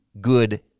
good